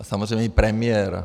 A samozřejmě i premiér.